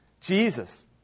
Jesus